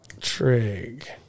Trig